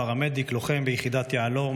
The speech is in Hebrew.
פרמדיק לוחם ביחידת יהל"ם,